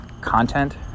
content